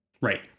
Right